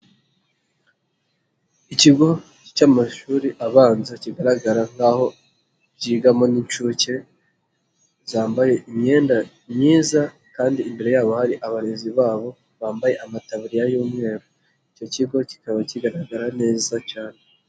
lkigo cy'amashuri abanza kigaragara nk'aho byigamo n'inshuke ,zambaye imyenda myiza, kandi imbere yabo hari abarezi babo, bambaye amataburiya y'umweru, icyo kigo kikaba kigaragara neza cyane.